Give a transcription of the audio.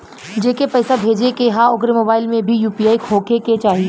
जेके पैसा भेजे के ह ओकरे मोबाइल मे भी यू.पी.आई होखे के चाही?